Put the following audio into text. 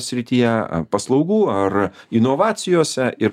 srityje ar paslaugų ar inovacijose ir